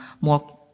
more